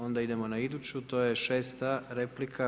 Onda idemo na iduću, to je šesta replika.